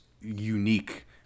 unique